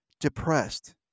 depressed